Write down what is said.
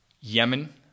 Yemen